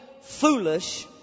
foolish